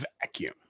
vacuum